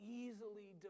easily